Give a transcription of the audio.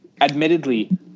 admittedly